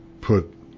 put